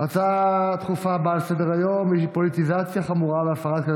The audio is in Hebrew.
הצעה דחופה לסדר-היום בנושא: פוליטיזציה חמורה והפרת כללי